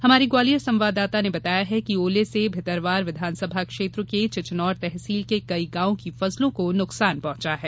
हमारे ग्वालियर संवाददाता ने बताया कि ओले से भितरवार विधानसभा क्षेत्र के चिचनोर तहसील के कई गांवों की फसलों को नुकसान पहुंचा है